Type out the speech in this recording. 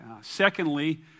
Secondly